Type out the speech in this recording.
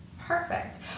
perfect